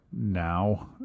now